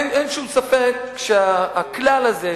אין שום ספק שהכלל הזה,